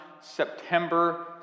September